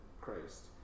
Christ